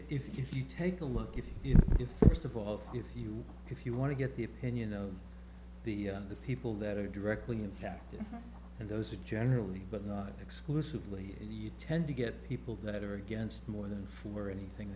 saying if you take a look if you first of all if you if you want to get the opinion of the people that are directly impacted and those are generally but not exclusively you tend to get people that are against more than for anything